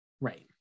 right